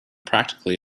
practically